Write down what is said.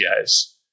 guys